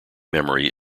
memory